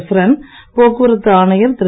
ஸ்ரன் போக்குவரத்து ஆணையர் திரு